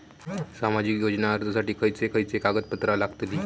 सामाजिक योजना अर्जासाठी खयचे खयचे कागदपत्रा लागतली?